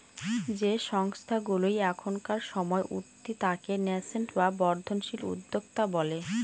যে সংস্থাগুলা এখনকার সময় উঠতি তাকে ন্যাসেন্ট বা বর্ধনশীল উদ্যোক্তা বলে